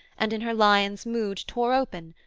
and in her lion's mood tore open,